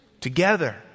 together